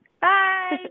bye